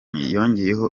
yongeyeho